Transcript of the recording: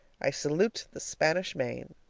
i salute the spanish main.